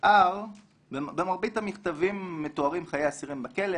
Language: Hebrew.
במרבית המכתבים מתוארים חיי האסירים בכלא,